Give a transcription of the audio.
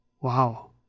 Wow